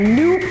new